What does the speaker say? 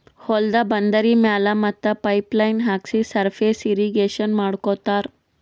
ಹೊಲ್ದ ಬಂದರಿ ಮ್ಯಾಲ್ ಮತ್ತ್ ಪೈಪ್ ಲೈನ್ ಹಾಕ್ಸಿ ಸರ್ಫೇಸ್ ಇರ್ರೀಗೇಷನ್ ಮಾಡ್ಕೋತ್ತಾರ್